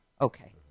Okay